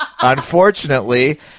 unfortunately